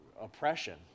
oppression